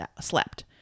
slept